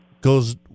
goes